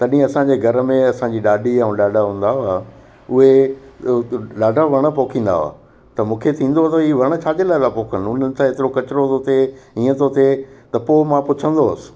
तॾहिं असांजे घर में असांजी ॾाॾी ऐं ॾाॾा हूंदा हुआ उहे ॾाढा वण पोखींदा हुआ त मूंखे थींदो हुओ त हीउ वण छाजे लाइ था पोखनि हुननि सां एतिरो कचिरो थो थिए हीअं थो थिए त पोइ मां पुछंदो हुअसि